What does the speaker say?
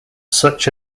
such